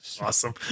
Awesome